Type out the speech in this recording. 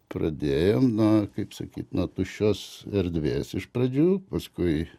pradėjom na kaip sakyt nuo tuščios erdvės iš pradžių paskui